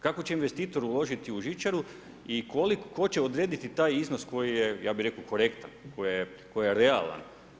Kako će investitor uložiti u žičaru i tko će odrediti taj iznos koji je, ja bih rekao korektan, koji je realan?